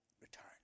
return